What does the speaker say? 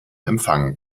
empfang